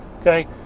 Okay